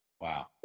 Wow